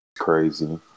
crazy